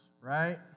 right